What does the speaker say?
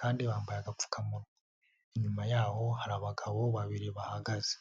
kandi bambaye agapfukamunwa, inyuma y'aho hari abagabo babiri bahagaze.